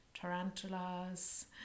tarantulas